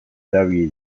erabili